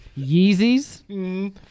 Yeezys